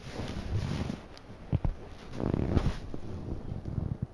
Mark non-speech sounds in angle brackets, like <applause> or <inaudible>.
<noise>